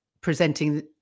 presenting